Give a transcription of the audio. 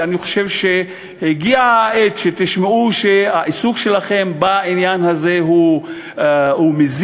ואני חושב שהגיעה העת שתשמעו שהעיסוק שלכם בעניין הזה הוא מזיק,